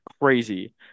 crazy